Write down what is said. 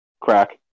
Crack